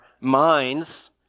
minds